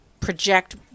Project